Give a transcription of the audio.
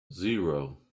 zero